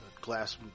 glass